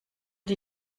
die